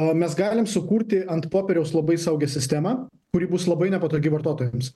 mes galime sukurti ant popieriaus labai saugią sistemą kuri bus labai nepatogi vartotojams